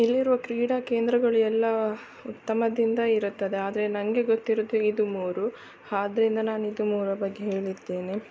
ಇಲ್ಲಿರುವ ಕ್ರೀಡಾ ಕೇಂದ್ರಗಳು ಎಲ್ಲ ಉತ್ತಮದಿಂದ ಇರುತ್ತದೆ ಆದರೆ ನನಗೆ ಗೊತ್ತಿರೋದು ಇದು ಮೂರು ಆದ್ರಿಂದ ನಾನು ಇದು ಮೂರರ ಬಗ್ಗೆ ಹೇಳಿದ್ದೇನೆ